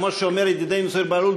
כמו שאומר ידידנו זוהיר בהלול,